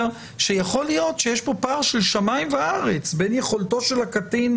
ויכול להיות שיש פה פער של שמיים וארץ בין יכולתו של הקטין,